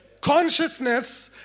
Consciousness